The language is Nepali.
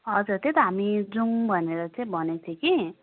हजुर त्यही त हामी जाऔँ भनेर भनेको थियो कि